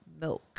milk